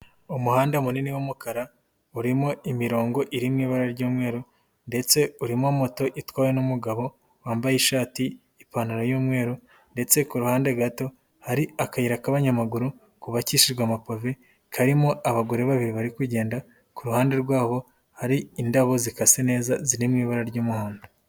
Umuhanda munini w'umukara, urimo imirongo iri mu ibara ry'umweru ndetse urimo moto itwawe n'umugabo wambaye ishati, ipantaro y'umweru ndetse kuruhande gato hari akayira k'abanyamaguru ku bakikijwe amapave. Karimo abagore babiri bari kugenda. Kuruhande rwabo hari indabo zikase neza ziri mu ibara ry'umuhondo.